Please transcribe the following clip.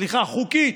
סליחה, חוקית,